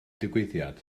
digwyddiad